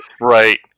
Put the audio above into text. Right